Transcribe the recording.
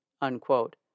unquote